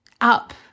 up